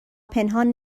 پنهان